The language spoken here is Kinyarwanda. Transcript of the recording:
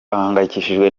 ahangayikishijwe